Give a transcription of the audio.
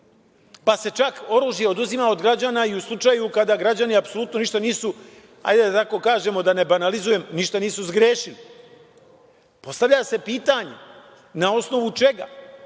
pa se čak oružje oduzima od građana i u slučaju kada građani apsolutno ništa nisu, da tako kažemo, da ne banalizujem, ništa nisu zgrešili. Postavlja se pitanje - na osnovu čega,